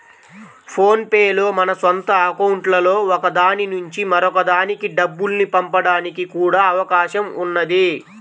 phone pay లో మన సొంత అకౌంట్లలో ఒక దాని నుంచి మరొక దానికి డబ్బుల్ని పంపడానికి కూడా అవకాశం ఉన్నది